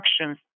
actions